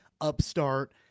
upstart